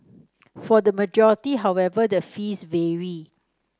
for the majority however the fees vary